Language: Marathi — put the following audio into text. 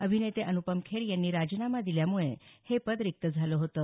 अभिनेते अनुपम खेर यांनी राजीनामा दिल्यामुळे हे पद रिक्त झालं होतं